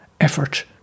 effort